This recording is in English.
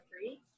three